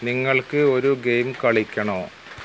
നിങ്ങൾക്ക് ഒരു ഗെയിം കളിക്കണോ